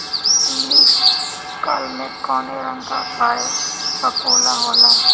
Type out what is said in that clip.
Leaf curl में कौने रंग का फफोला होला?